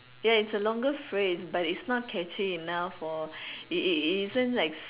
ya its a longer phrase but its not catchy enough for it it isn't like